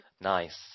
Nice